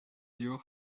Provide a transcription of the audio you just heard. your